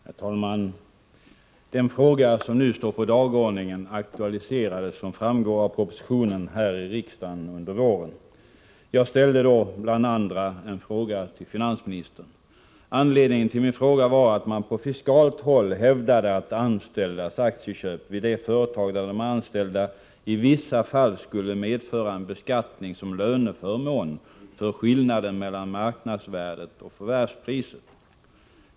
Herr talman! Den fråga som nu står på dagordningen aktualiserades, som framgår av propositionen, här i riksdagen under våren. Bl. a. jag ställde då en fråga till finansministern. Anledningen till min fråga var att man på fiskalt håll hävdade att anställdas aktieköp vid det företag där de är anställda i vissa fall skulle medföra en beskattning av skillnaden mellan marknadsvärdet och förvärvspriset för aktierna som en löneförmån.